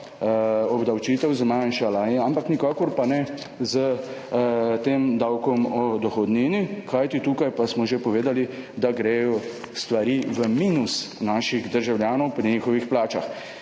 obdavčitev zmanjšala, ampak nikakor pa ne s tem davkom o dohodnini, kajti tukaj pa smo že povedali, da gredo stvari v minus naših državljanov pri njihovih plačah.